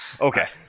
Okay